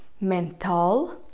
Mental